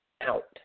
out